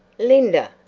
linda!